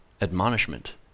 admonishment